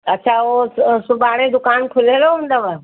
अछा हो स सुभाणे दुकानु खुलियलु हूंदव